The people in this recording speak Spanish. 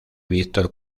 víctor